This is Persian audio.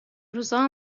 روزا